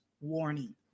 warning